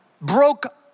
broke